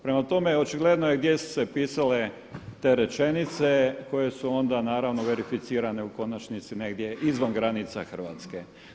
Prema tome, očigledno je gdje su se pisale te rečenice koje su onda naravno verificirane u konačnici negdje izvan granica Hrvatske.